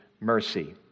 mercy